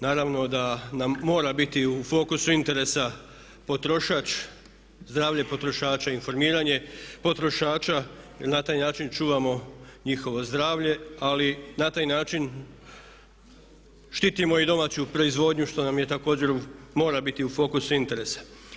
Naravno da nam mora biti u fokusu interesa potrošač, zdravlje potrošača, informiranje potrošača jer na taj način čuvamo njihovo zdravlje ali na taj način štitimo i domaću proizvodnju što nam također mora biti u fokusu interesa.